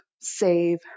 save